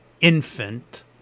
infant